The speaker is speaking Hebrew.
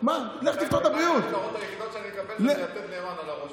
מה אכפת לך, תגיד לי: אל תשלם החודש,